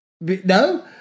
No